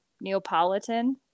Neapolitan